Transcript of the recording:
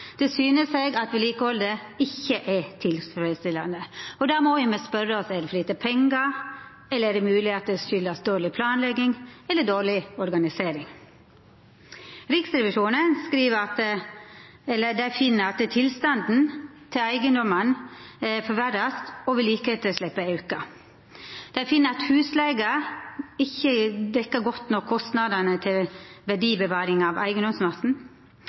Det syner seg at vedlikehaldet ikkje er tilfredsstillande. Då må me jo spørja oss: Er det for lite pengar? Eller er det mogleg at det kjem av dårleg planlegging eller dårleg organisering? Riksrevisjonen finn at tilstanden til eigedomane vert forverra, og vedlikehaldsetterslepet aukar. Dei finn at husleiga ikkje dekkjer godt nok kostnadene til verdibevaring av eigedomsmassen,